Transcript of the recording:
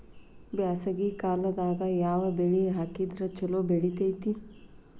ಬ್ಯಾಸಗಿ ಕಾಲದಾಗ ಯಾವ ಬೆಳಿ ಹಾಕಿದ್ರ ಛಲೋ ಬೆಳಿತೇತಿ?